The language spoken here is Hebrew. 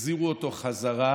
החזירו אותו חזרה